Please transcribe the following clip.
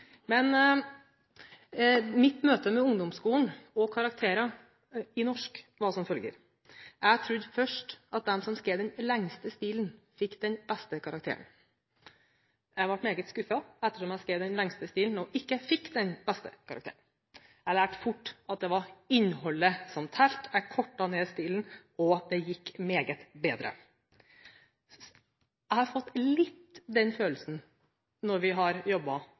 Men mitt møte med ungdomsskolen og karakterer i norsk var som følger: Jeg trodde først at de som skrev den lengste stilen, fikk den beste karakteren. Jeg ble meget skuffet, ettersom jeg skrev den lengste stilen og ikke fikk den beste karakteren. Jeg lærte fort at det var innholdet som telte. Jeg kortet ned stilen, og det gikk meget bedre. Jeg har fått litt av den samme følelsen når vi har